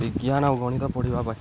ବିଜ୍ଞାନ ଆଉ ଗଣିତ ପଢ଼ିବା ପାଇଁ